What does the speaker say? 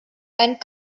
and